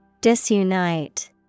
Disunite